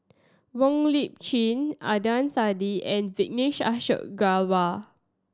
Wong Lip Chin Adnan Saidi and Vijesh Ashok Ghariwala